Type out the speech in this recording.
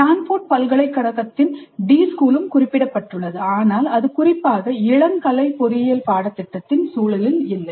Stanford பல்கலைக்கழகத்தின் D ஸ்கூலும் குறிப்பிடப்பட்டுள்ளது ஆனால் அது குறிப்பாக இளங்கலை பொறியியல் பாடத்திட்டத்தின் சூழலில் இல்லை